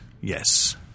Yes